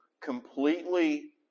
completely